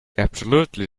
absolutely